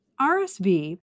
RSV